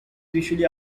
visually